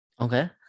Okay